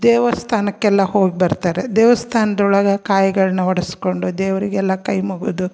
ದೇವಸ್ಥಾನಕ್ಕೆಲ್ಲ ಹೋಗಿ ಬರ್ತಾರೆ ದೇವಸ್ಥಾನ್ದೊಳಗೆ ಕಾಯಿಗಳ್ನ ಹೊಡೆಸ್ಕೊಂಡು ದೇವರಿಗೆಲ್ಲ ಕೈ ಮುಗಿದು